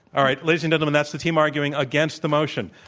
all right, ladies and gentlemen, that's the team arguing against the motion.